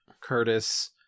Curtis